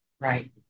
Right